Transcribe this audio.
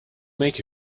make